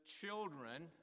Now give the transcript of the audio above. children